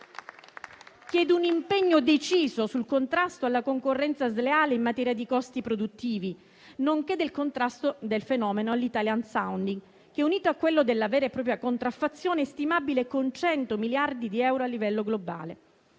chiedo un impegno deciso sul contrasto alla concorrenza sleale in materia di costi produttivi, nonché del contrasto del fenomeno all'*italian sounding*, che, unito a quello della vera e propria contraffazione, è stimabile in 100 miliardi di euro a livello globale.